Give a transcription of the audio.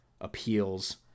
appeals